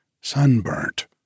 sunburnt